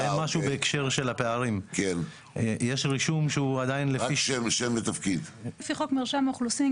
לגבי הפערים הרישום שלו לפי שבט כמו אצל ראש המועצה אלהואשלה,